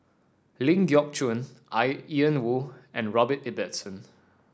Ling Geok Choon I Ian Woo and Robert Ibbetson